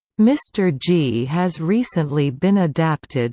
mr g has recently been adapted